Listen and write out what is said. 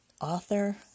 author